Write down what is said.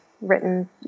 written